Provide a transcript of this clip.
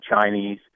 Chinese